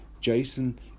Jason